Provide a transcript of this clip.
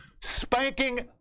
spanking